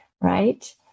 right